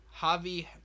Javi